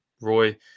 roy